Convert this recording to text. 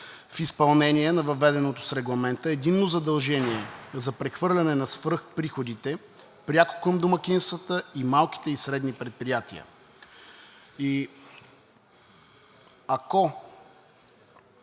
в изпълнение на въведеното с Регламента единно задължение за прехвърляне на свръхприходите пряко към домакинствата и малките и средните предприятия? И ако